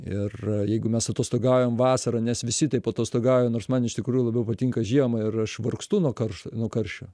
ir jeigu mes atostogaujam vasarą nes visi taip atostogauja nors man iš tikrųjų labiau patinka žiemą ir aš vargstu nuo karš nuo karščio